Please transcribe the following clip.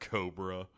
Cobra